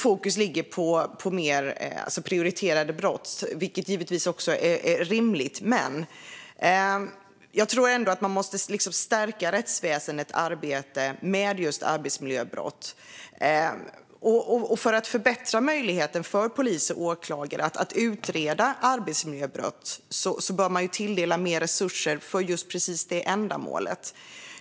Fokus ligger på mer prioriterade brott, vilket i och för sig är rimligt. Jag tror dock att man måste stärka rättsväsendets arbete med just arbetsmiljöbrott, och för att förbättra möjligheten för polis och åklagare att utreda arbetsmiljöbrott bör man tilldela mer resurser till just det ändamålet.